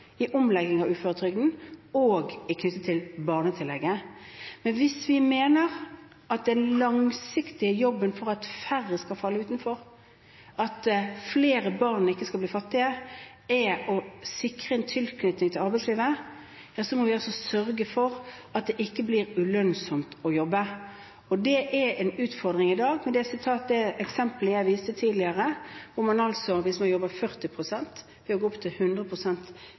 i omleggingen av uføretrygden, og med det som er knyttet til barnetillegget. Men hvis vi mener at den langsiktige jobben for at færre skal falle utenfor, for at ikke flere barn skal bli fattige, er å sikre en tilknytning til arbeidslivet, så må vi sørge for at det ikke blir ulønnsomt å jobbe, og det er en utfordring i dag. Det viser det eksemplet jeg nevnte tidligere: Hvis man har fire barn og jobber 40 pst., vil man ved å gå opp til